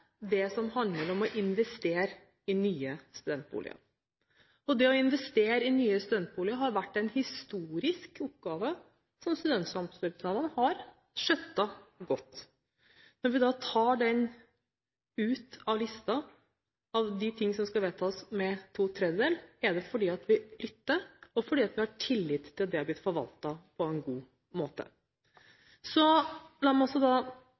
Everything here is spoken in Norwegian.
det som handler om å investere i nye studentboliger. Det å investere i nye studentboliger har vært en historisk oppgave, som studentsamskipnadene har skjøttet godt. Når vi tar den ut av listen over saker som skal vedtas med to tredjedels flertall, er det fordi vi lytter, og fordi vi har tillit til at det vil bli forvaltet på en god måte. La meg